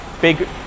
Big